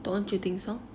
don't you think so